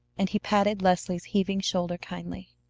and he patted leslie's heaving shoulder kindly.